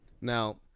Now